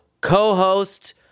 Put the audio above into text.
co-host